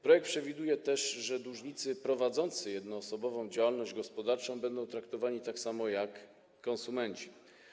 Projekt przewiduje też, że dłużnicy prowadzący jednoosobową działalność gospodarczą będą traktowani tak samo jak konsumenci.